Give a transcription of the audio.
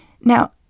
Now